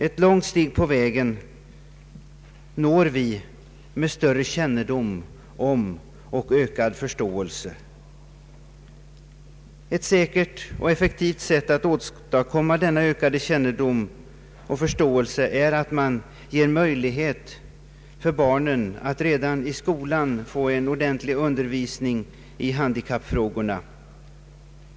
Ett långt steg på vägen når vi med större kännedom och ökad förståelse. Ett säkert och effektivt sätt att åstadkomma denna ökade kännedom och förståelse är att man ger barnen en ordentlig undervisning i handikappfrågorna redan i skolan.